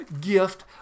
gift